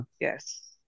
Yes